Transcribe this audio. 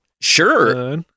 Sure